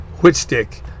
Whitstick